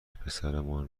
پسرمان